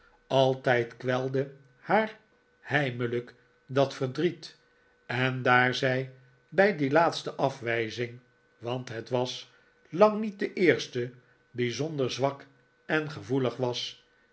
altijd kwelde haar heime'lijk dat verdriet en daar zij bij die laatste afwijzing want het was lang niet de eerste bijzonder zwak en gevoelig was